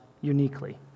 uniquely